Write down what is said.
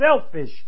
selfish